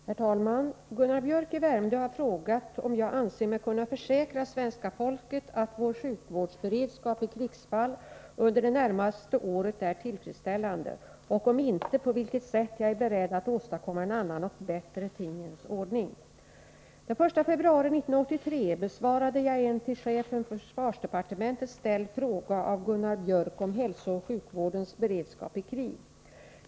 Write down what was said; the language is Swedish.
Herr talman! Gunnar Biörck i Värmdö har frågat om jag anser mig kunna försäkra svenska folket om att vår sjukvårdsberedskap i krigsfall under det närmaste året är tillfredsställande och, om inte, på vilket sätt jag är beredd att åstadkomma en annan och bättre tingens ordning. Den 1 februari 1983 besvarade jag en till chefen för försvarsdepartementet ställd fråga av Gunnar Biörck om hälsooch sjukvårdens beredskap i krig.